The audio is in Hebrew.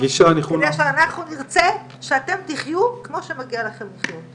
כדי שאנחנו נרצה שאתם תחיו כמו שמגיע לכם לחיות.